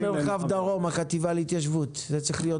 אני אגיד